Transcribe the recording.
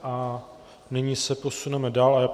A nyní se posuneme dál.